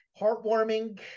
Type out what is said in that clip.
heartwarming